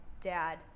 dad